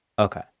Okay